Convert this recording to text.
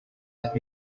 let